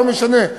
לא משנה,